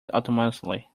autonomously